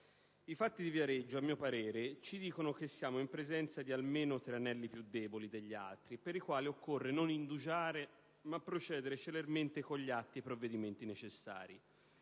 I fatti di Viareggio - a mio parere - ci dicono che siamo in presenza di almeno tre anelli più deboli degli altri, per i quali occorre non indugiare ma procedere celermente con gli atti e i provvedimenti necessari.